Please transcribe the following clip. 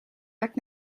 lekt